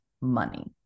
money